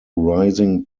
rising